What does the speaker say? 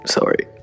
Sorry